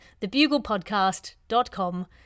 Thebuglepodcast.com